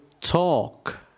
talk